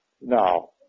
now